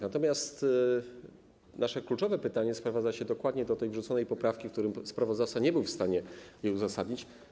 Natomiast nasze kluczowe pytanie sprowadza się dokładnie do tej wrzuconej poprawki, której sprawozdawca nie był w stanie uzasadnić.